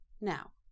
Now